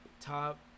Top